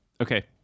Okay